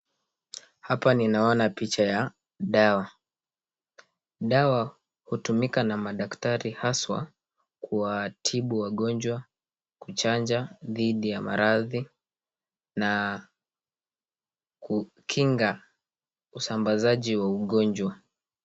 Hapa ninaona picha ya dawa. Dawa hutumika na madaktari haswa kuwatibu wagonjwa, kuchanja dhidi ya maradhi na kukinga usambazaji wa ugonjwa.